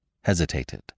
hesitated